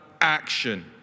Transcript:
action